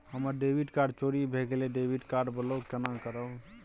हमर debit card चोरी भगेलै डेबिट कार्ड ब्लॉक केना करब?